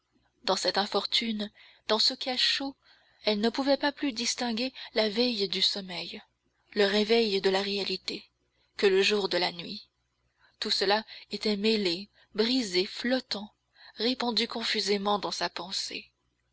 dans cette infortune dans ce cachot elle ne pouvait pas plus distinguer la veille du sommeil le rêve de la réalité que le jour de la nuit tout cela était mêlé brisé flottant répandu confusément dans sa pensée